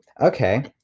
okay